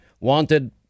wanted